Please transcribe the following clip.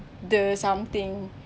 de something